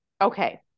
Okay